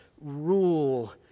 rule